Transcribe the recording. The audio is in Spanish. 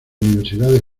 universidades